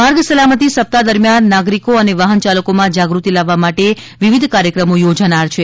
માર્ગ સલામતી સપ્તાહ દરમિયાન નાગરિકો અને વાહન ચાલકોમાં જાગૃતિ લાવવા માટે વિવિધ કાર્યક્રમો યોજાનાર છે